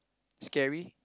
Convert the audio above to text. scary